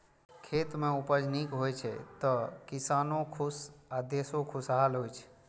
खेत मे उपज नीक होइ छै, तो किसानो खुश आ देशो खुशहाल होइ छै